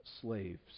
slaves